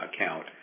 account